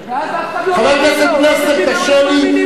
קשה לי,